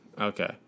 Okay